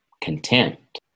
contempt